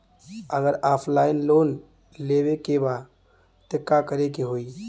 अगर offline loan लेवे के बा त का करे के होयी?